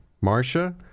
Marcia